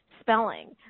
spelling